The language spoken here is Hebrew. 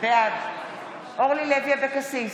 בעד אורלי לוי אבקסיס,